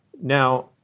Now